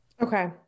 Okay